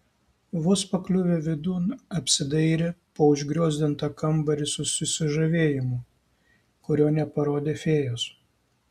vos pakliuvę vidun apsidairė po užgriozdintą kambarį su susižavėjimu kurio neparodė fėjos